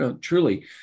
truly